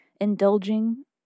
indulging